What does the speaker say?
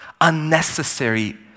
unnecessary